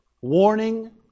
Warning